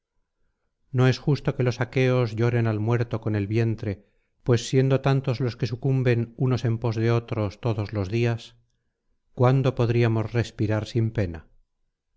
no es justo que los aqueos lloren al muerto con el vientre pues siendo tantos los que sucumben unos en pos de otros todos los días cuándo podríamos respirar sin pena